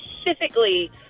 specifically